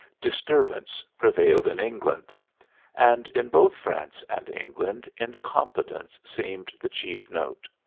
disturbance prevailed in england and in both france and england incompetence seemed the chief note.